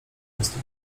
prostu